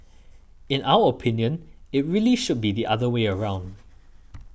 in our opinion it really should be the other way round